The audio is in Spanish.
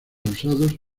usados